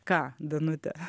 ką danute